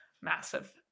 massive